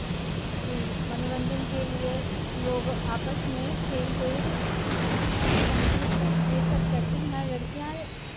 की मनोरंजन के लिये लोग आपस में खेल कूद संगीत ये सब करती हैं लड़कियां